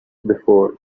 before